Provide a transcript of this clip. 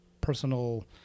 personal